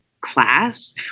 class